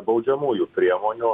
baudžiamųjų priemonių